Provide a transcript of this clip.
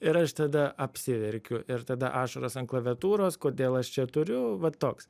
ir aš tada apsiverkiu ir tada ašaros ant klaviatūros kodėl aš čia turiu va toks